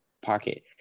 pocket